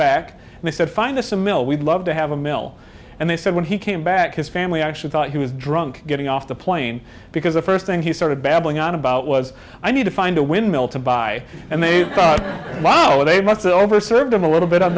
back and they said find this a mill we'd love to have a mill and they said when he came back his family actually thought he was drunk getting off the plane because the first thing he started babbling on about was i need to find a windmill to buy and they know they must over serve them a little bit on